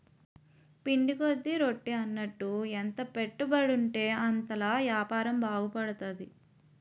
పిండి కొద్ది రొట్టి అన్నట్టు ఎంత పెట్టుబడుంటే అంతలా యాపారం బాగుపడతది